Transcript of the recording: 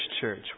church